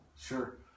Sure